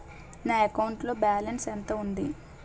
నా అకౌంట్ లో బాలన్స్ ఎంత ఉంది?